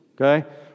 okay